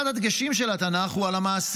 אחד הדגשים של התנ"ך הוא על המעשים.